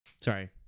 sorry